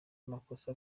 amakosa